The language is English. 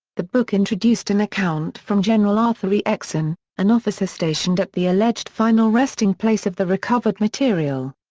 the book introduced an account from general arthur e. exon, an officer stationed at the alleged final resting place of the recovered material.